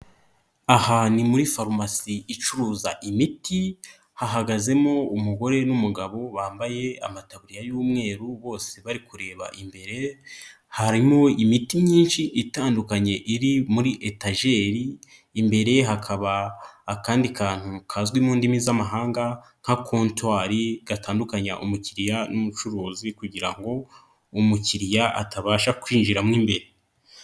Aha ni muri farumasi icuruza imiti, hahagazemo umugore n'umugabo bambaye amataburiya y'umweru bose bari kureba imbere, harimo imiti myinshi itandukanye iri muri etageri, imbere hakaba akandi kantu kazwi mu ndimi z'amahanga nka kotwari gatandukanya umukiriya n'umucuruzi kugira ngo umukiriya atabasha kwinjiramo imbere.